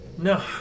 No